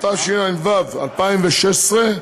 התשע"ו 2016,